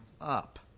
up